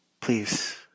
please